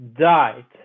died